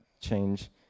change